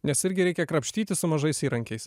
nes irgi reikia krapštytis su mažais įrankiais